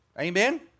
Amen